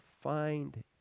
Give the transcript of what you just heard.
find